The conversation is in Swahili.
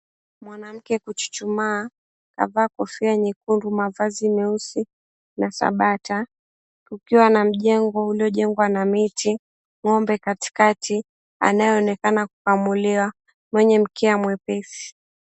Mwanamke kuchuchumaa, kavaa kofia nyekundu, mavazi meusi, na sabata. Kukiwa na mjengo uliojengwa kwa miti, ng'ombe katikati, anayeonekana kukamuliwa, mwenye mkia mwepesi.